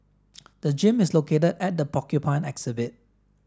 the gym is located at the Porcupine exhibit